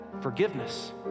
forgiveness